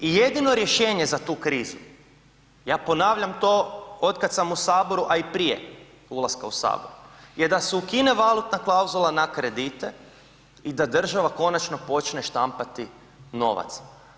I jedino rješenje za tu krizu, ja ponavljam to od kad sam u Saboru, a i prije ulaska u Sabor, je da se ukine valutna klauzula na kredite i da država konačno počne štampati novac.